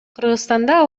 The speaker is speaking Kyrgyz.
кыргызстанда